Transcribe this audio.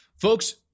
Folks